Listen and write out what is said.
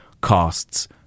costs